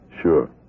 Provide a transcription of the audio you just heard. Sure